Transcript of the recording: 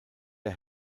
der